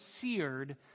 seared